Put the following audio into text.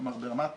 כלומר ברמת